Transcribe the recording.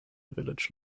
village